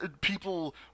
people